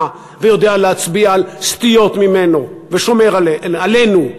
ויודע להצביע על סטיות ממנו ושומר עלינו?